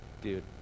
dude